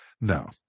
no